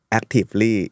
actively